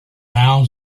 mao